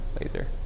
laser